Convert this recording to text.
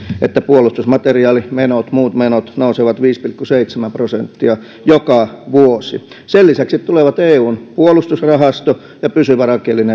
että puolustusmateriaalimenot muut menot nousevat viisi pilkku seitsemän prosenttia joka vuosi sen lisäksi tulevat eun puolustusrahasto ja pysyvä rakenteellinen